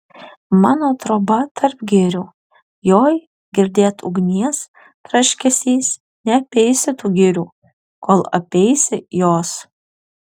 mano troba tarp girių joj girdėt ugnies traškesys neapeisi tų girių kol apeisi jos